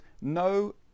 no